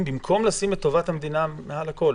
במקום לשים את טובת המדינה מעל הכול.